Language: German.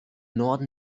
norden